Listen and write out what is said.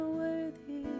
worthy